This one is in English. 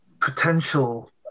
potential